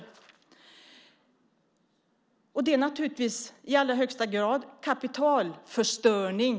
Det som ni anger är naturligtvis i allra högsta grad kapitalförstöring.